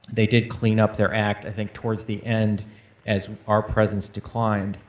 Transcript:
they did clean up their act, i think, towards the end as our presence declined.